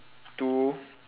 two